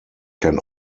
can